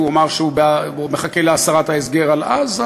והוא אמר שהוא מחכה להסרת ההסגר על עזה,